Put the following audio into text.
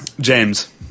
James